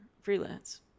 Freelance